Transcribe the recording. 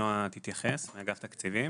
נועה מאגף תקציבים תתייחס.